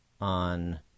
on